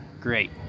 great